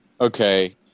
okay